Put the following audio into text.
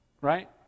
right